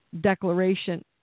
declaration